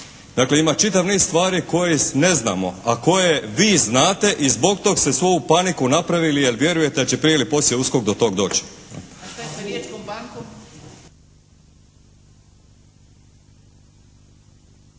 Dakle ima čitav niz stvari koje ne znamo, a koje vi znate i zbog toga ste svu ovu paniku napravili jer vjerujete da će prije ili poslije USKOK do toga doći. **Bebić, Luka